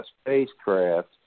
spacecraft